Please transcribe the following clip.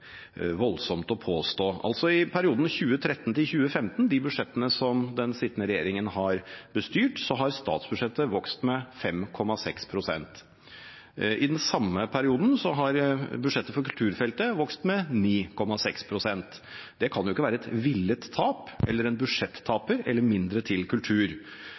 voldsomt å påstå. For i perioden 2013–2015 – da den sittende regjeringen bestyrte budsjettene – har statsbudsjettet vokst med 5,6 pst. I den samme perioden har budsjettet for kulturfeltet vokst med 9,6 pst. Det kan jo ikke være «et villet tap», «en budsjettaper» eller «mindre til kultur».